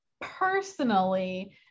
personally